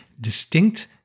distinct